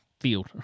field